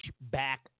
back